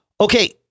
Okay